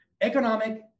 Economic